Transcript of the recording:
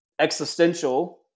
existential